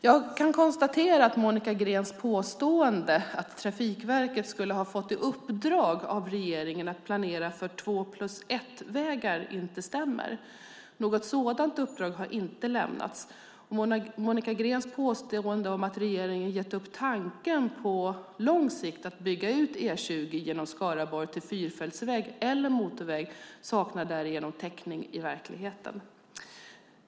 Jag kan konstatera att Monica Greens påstående att Trafikverket skulle ha fått i uppdrag av regeringen att planera för två-plus-ett-vägar inte stämmer. Något sådant uppdrag har inte lämnats. Monica Greens påstående om att regeringen gett upp tanken att på lång sikt bygga ut E20 genom Skaraborg till fyrfältsväg eller motorväg saknar därigenom täckning i verkligheten.